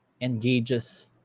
engages